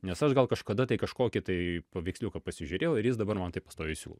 nes aš gal kažkada tai kažkokį tai paveiksliuką pasižiūrėjau ir jis dabar man tai pastoviai siūlo